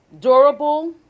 durable